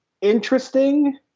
interesting